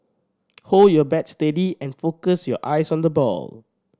hold your bat steady and focus your eyes on the ball